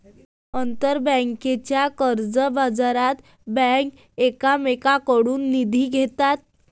आंतरबँकेच्या कर्जबाजारात बँका एकमेकांकडून निधी घेतात